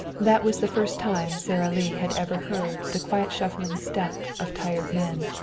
that was the first time sara lee had ever heard the quiet shuffling step of tired men,